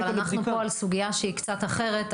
אבל אנחנו פה על סוגייה שהיא קצת אחרת,